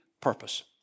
purpose